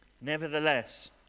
Nevertheless